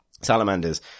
salamanders